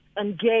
engage